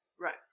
Right